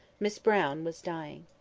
miss brown was dying.